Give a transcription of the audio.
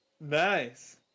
nice